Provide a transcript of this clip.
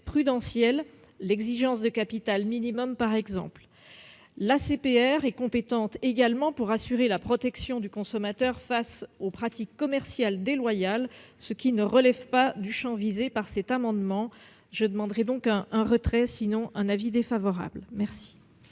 prudentiels, l'exigence de capital minimum par exemple. L'ACPR est compétente également pour assurer la protection du consommateur face aux pratiques commerciales déloyales, ce qui ne relève pas du champ visé par cet amendement. Je vous suggère donc de retirer votre amendement,